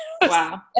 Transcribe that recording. Wow